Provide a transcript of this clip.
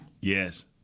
Yes